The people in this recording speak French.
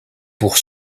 pour